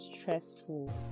Stressful